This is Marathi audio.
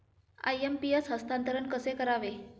आय.एम.पी.एस हस्तांतरण कसे करावे?